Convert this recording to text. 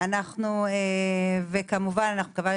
זה קשת